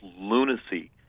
lunacy